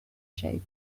shape